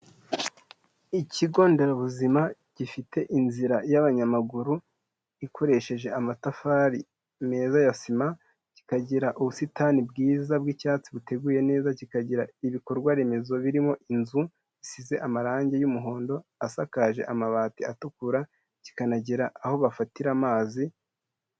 Ikigo nderabuzima gifite inzira y'abanyamaguru ikoresheje amatafari meza ya sima, kikagira ubusitani bwiza bw'icyatsi buteguye neza, kikagira ibikorwa remezo birimo inzu zisize amarangi y'umuhondo, asakaje amabati atukura kikanagira aho bafatira amazi.